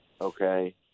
Okay